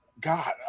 God